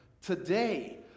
Today